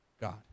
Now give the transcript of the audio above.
God